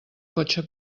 cotxe